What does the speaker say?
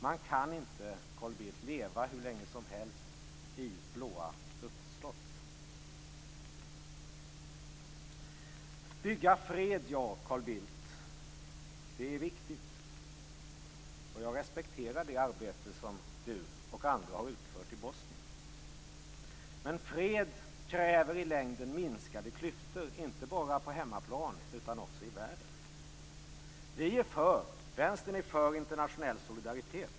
Man kan inte leva hur länge som helst i blåa luftslott, Carl Bildt. Det är viktigt, Carl Bildt, att bygga fred, och jag respekterar det arbete som han och andra har utfört i Bosnien. Men fred kräver i längden minskade klyftor, inte bara på hemmaplan utan också i världen. Vänstern är för internationell solidaritet.